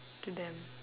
to them